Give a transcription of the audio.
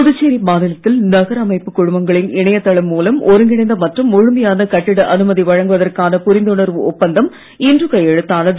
புதுச்சேரி மாநிலத்தில் நகர அமைப்புக் குழுமங்களில் இணைய தளம் மூலம் ஒருங்கிணைந்த மற்றும் முழுமையான கட்டிட அனுமதி வழங்குவதற்கான புரிந்துணர்வு ஒப்பந்தம் இன்று கையெழுத்தானது